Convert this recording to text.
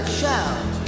shout